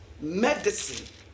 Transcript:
Medicine